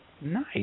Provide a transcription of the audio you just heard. Nice